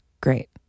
great